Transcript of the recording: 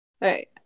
Right